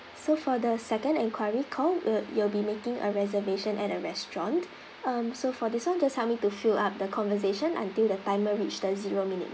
so for the second inquiry call you you will be making a reservation at a restaurant um so for this one just help me to fill up the conversation until the timer reach the zero minute